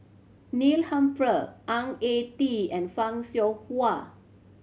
Neil Humphreys Ang Ah Tee and Fan Shao Hua